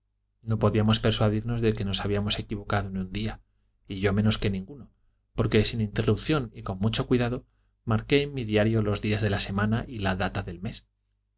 no podíamos persuadirnos de que nos habíamos equivocado en un día y yo menos que ninguno porque sin interrupción y con mucho cuidado marqué en mi diario los días de la semana y la data del mes